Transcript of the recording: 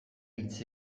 hitz